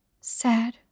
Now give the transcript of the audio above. Sad